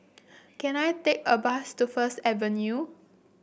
can I take a bus to First Avenue